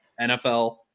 NFL